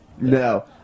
No